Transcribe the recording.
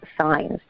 signs